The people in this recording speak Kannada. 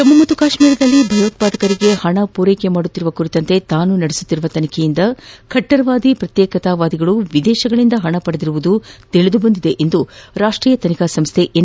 ಜಮ್ಮು ಮತ್ತು ಕಾಶ್ಮೀರದಲ್ಲಿ ಭಯೋತ್ವಾದಕರಿಗೆ ಹಣ ಪೂರೈಸುತ್ತಿರುವ ಕುರಿತಂತೆ ತಾನು ನಡೆಸುತ್ತಿರುವ ತನಿಖೆಯಿಂದ ಖಟ್ಷರ್ ವಾದಿ ಪ್ರತ್ಯೇಕತಾವಾದಿಗಳು ವಿದೇಶಗಳಿಂದ ಹಣ ಪಡೆದಿರುವುದು ತಿಳಿದುಬಂದಿದೆ ಎಂದು ರಾಷ್ಟೀಯ ತನಿಖಾ ಸಂಸ್ದೆ ಎನ್